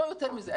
לא יותר מזה.